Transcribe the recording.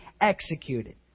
executed